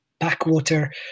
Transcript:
Backwater